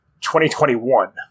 2021